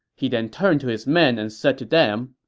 he then turned to his men and said to them,